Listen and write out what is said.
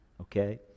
okay